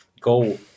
go